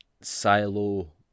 silo